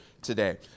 today